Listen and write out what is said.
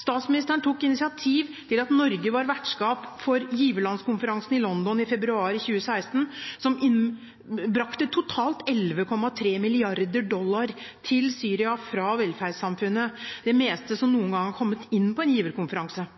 Statsministeren tok initiativ til at Norge var vertskap for giverlandskonferansen i London i februar 2016, som innbrakte totalt 11,3 mrd. dollar til Syria fra verdenssamfunnet, det meste som noen gang har kommet inn på en giverkonferanse.